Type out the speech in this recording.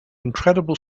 incredible